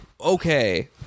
okay